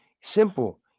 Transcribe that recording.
Simple